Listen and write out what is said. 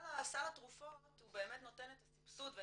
סל התרופות הוא באמת נותן את הסבסוד ואת